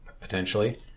potentially